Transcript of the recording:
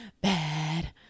bad